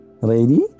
Ready